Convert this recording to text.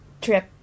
trip